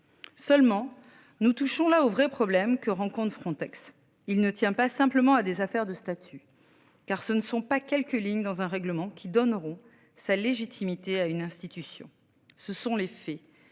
Seulement nous touchons là au vrai problème que rencontre Frontex. Il ne tient pas simplement à des affaires de statut. Car ce ne sont pas quelques lignes dans un règlement qui donneront sa légitimité à une institution, ce sont les faits